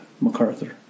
MacArthur